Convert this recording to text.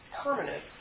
permanent